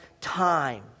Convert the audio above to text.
time